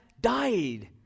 died